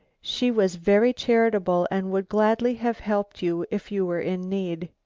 she was very charitable and would gladly have helped you if you were in need.